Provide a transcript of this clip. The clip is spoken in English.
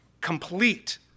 complete